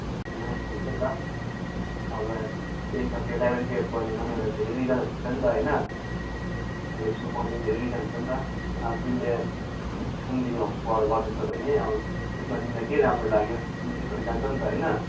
होइन यस्तो हुन्छ नि त अब टेन सकेर इलेभेन ट्वेल्भ पढ्नेमा नि एउटा धेरै रिजनहरू हुन्छ नि त हैन एउटा स्कुल पढनुमा धेरै रिजन हुन्छ नि त अब तिमीले कुमुदिनी होम्सबाट गर्दैछ भने अब त्यसमा तिमीलाई के राम्रो लाग्यो तिमी त्यसरी जान्छौ नि त होइन